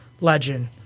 legend